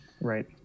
right